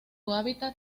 hábitat